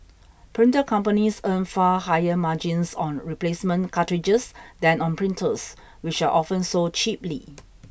printer companies earn far higher margins on replacement cartridges than on printers which are often sold cheaply